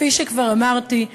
כפי שכבר אמרתי,